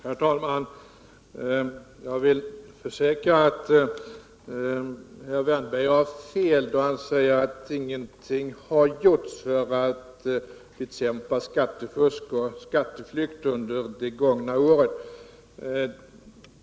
Herr talman! Jag vill försäkra att herr Wärnberg har fel när han säger att ingenting har gjorts för att bekämpa skattefusk och skatteflykt under de gångna åren.